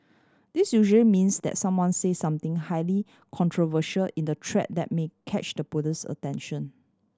this usually means that someone said something highly controversial in the thread that may catch the police's attention